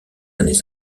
années